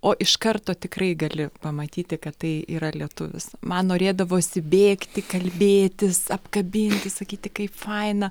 o iš karto tikrai gali pamatyti kad tai yra lietuvis man norėdavosi bėgti kalbėtis apkabinti sakyti kaip faina